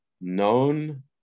known